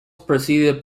preceded